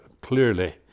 clearly